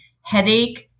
headache